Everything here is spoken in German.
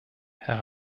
herr